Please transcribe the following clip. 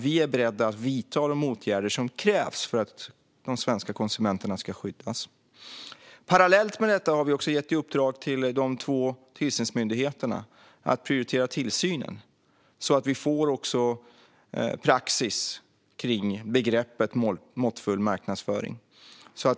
Vi är beredda att vidta de åtgärder som krävs för att de svenska konsumenterna ska skyddas. Parallellt med detta har vi också gett de två tillsynsmyndigheterna i uppdrag att prioritera tillsynen så att vi får praxis kring begreppet måttfull marknadsföring.